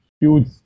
huge